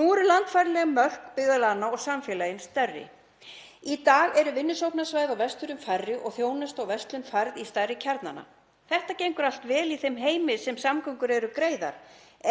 Nú eru landfræðileg mörk byggðarlaganna önnur og samfélögin stærri. Í dag eru vinnusóknarsvæði á Vestfjörðum færri og þjónusta og verslun færð í stærri kjarnana. Þetta gengur allt vel í þeim heimi þar sem samgöngur eru greiðar